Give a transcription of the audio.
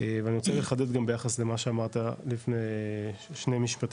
ואני רוצה לחדד גם ביחס למה שאמרת לפני שני משפטים,